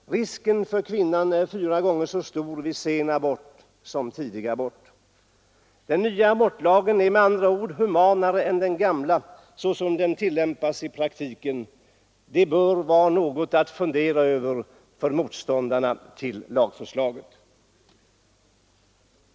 Risken för kvinnan är fyra gånger så stor vid sen abort som vid tidig abort. Den nya abortlagen är med andra ord humanare än den gamla, såsom den tillämpas i praktiken. Det bör vara något att fundera över för motståndarna till lagförslaget.